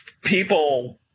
people